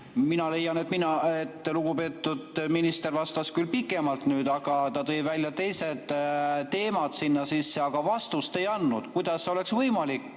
Mina leian, et lugupeetud minister vastas nüüd küll pikemalt, aga ta tõi teised teemad sinna sisse ja vastust ei andnud. Kuidas oleks teil võimalik